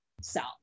sell